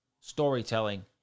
storytelling